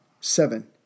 seven